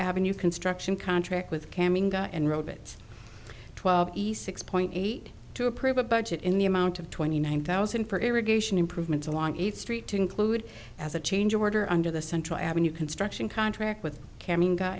avenue construction contract with cam and rabbit twelve east six point eight to approve a budget in the amount of twenty nine thousand for irrigation improvements along eighth street to include as a change order under the central avenue construction contract with